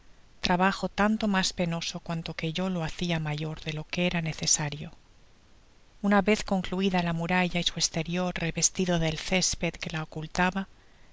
trabajo tanto mas penoso cuanto que yo lo hacia mayor de lo que era necesario una vez concluida la muralla y su esterior revestido del césped que la ocultaba